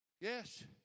Yes